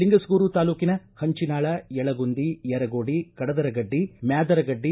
ಲಿಂಗಸಗೂರು ತಾಲೂಕಿನ ಹಂಚಿನಾಳ ಯಳಗುಂದಿ ಯರಗೋಡಿ ಕಡದರಗಡ್ಡಿ ಮ್ಯಾದರಗಡ್ಡಿ